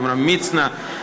עמרם מצנע,